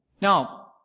Now